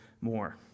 more